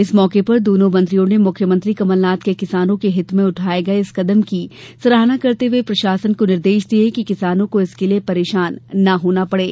इस मौके पर दोनो मन्त्रियों ने मुख्यमंत्री कमलनाथ के किसानों के हित में उठाये गये इस कदम की सराहना करते हुये प्रशासन को निर्देश दिये कि किसानों को इसके लिये परेशान ना होना पड़े